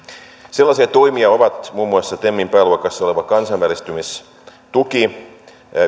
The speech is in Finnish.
sellaisia toimia ovat muun muassa temin pääluokassa oleva kansainvälistymistuki